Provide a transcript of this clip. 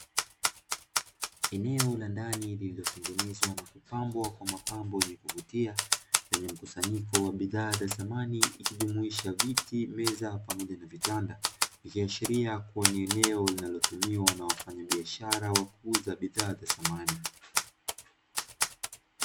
Eneo la ndani lililotengenezwa na kupambwa kwa mapambo yenye kuvutia, mkusanyiko wa bidhaa za samani ikijumuisha: vitu, meza pamoja na vitanda ikiashiria ni eneo litumiwalo na wafanyabiashara wa kuuza bidhaa za samani.